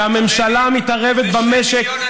ראינו,